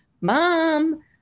mom